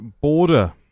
border